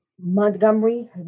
Montgomery